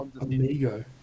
amigo